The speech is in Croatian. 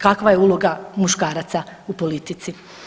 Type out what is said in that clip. Kakva je uloga muškaraca u politici?